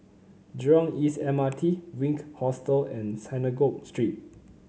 Jurong East M R T Station Wink Hostel and Synagogue Street